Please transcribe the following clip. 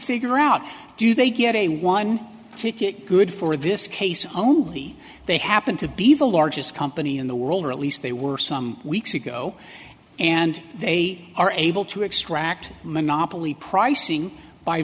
figure out do they get a one ticket good for this case only they happen to be the largest company in the world or at least they were some weeks ago and they are able to extract monopoly pricing by